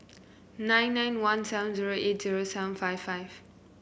nine nine one seven zero eight zero seven five five